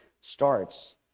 starts